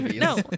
no